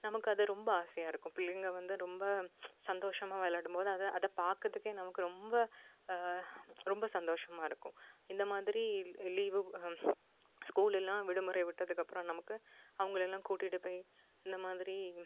நமக்கு அது ரொம்ப ஆசையாக இருக்கும் பிள்ளைங்கள் வந்து ரொம்ப சந்தோஷமாக விளாடும் போது அதை அதை பார்க்குறதுக்கே நமக்கு ரொம்ப ரொம்ப சந்தோஷமாக இருக்கும் இந்த மாதிரி லீவு ஸ்கூலுலாம் விடுமுறை விட்டதுக்கு அப்புறம் நமக்கு அவங்களேலாம் கூட்டிட்டு போய் இந்த மாதிரி